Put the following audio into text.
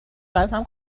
پرتم